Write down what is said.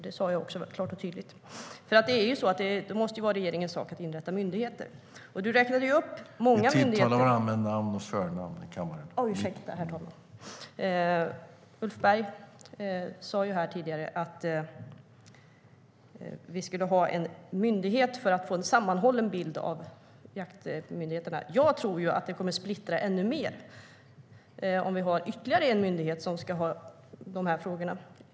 Det måste ju vara regeringens sak att inrätta myndigheter. Ulf Berg sa att det skulle inrättas en myndighet för att man skulle få en sammanhållen jaktmyndighet. Jag tror ju att det kommer att splittra ännu mer med ytterligare en myndighet som ska ha hand om dessa frågor.